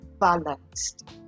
balanced